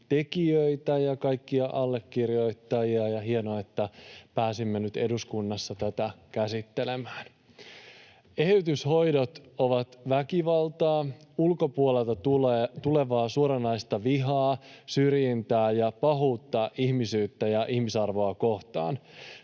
tekijöitä ja kaikkia allekirjoittajia, ja hienoa, että pääsimme nyt eduskunnassa tätä käsittelemään. Eheytyshoidot ovat väkivaltaa, ulkopuolelta tulevaa suoranaista vihaa, syrjintää ja pahuutta ihmisyyttä ja ihmisarvoa kohtaan.